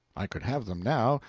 i could have them now,